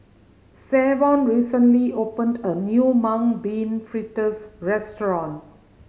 Savon recently opened a new Mung Bean Fritters restaurant